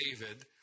David